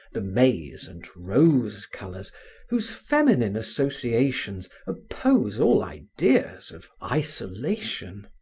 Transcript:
the maize and rose colors whose feminine associations oppose all ideas of isolation!